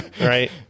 Right